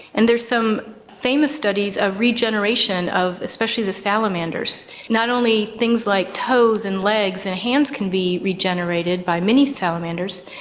and there's some famous studies of regeneration of especially the salamanders. not only things like toes and legs and hands can be regenerated by many salamanders,